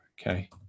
okay